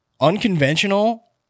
unconventional